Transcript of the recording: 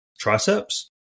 triceps